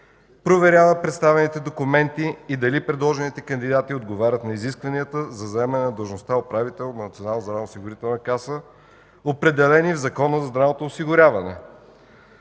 проверява представените документи и дали предложените кандидати отговарят на изискванията за заемане на длъжността „Управител” на Националната здравноосигурителна каса, определени в Закона за здравното осигуряване.